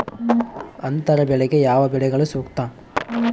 ಅಂತರ ಬೆಳೆಗೆ ಯಾವ ಬೆಳೆಗಳು ಸೂಕ್ತ?